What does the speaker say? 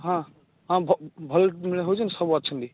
ହଁ ହଁ ବହୁତ ମେଳ ହେଉଛନ୍ତି ସବୁ ଅଛନ୍ତି